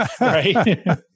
right